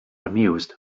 amused